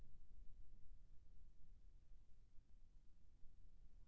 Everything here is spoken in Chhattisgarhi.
यू.पी.आई सेवा का होथे ओकर मोला ओकर जानकारी ले बर हे?